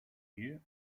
here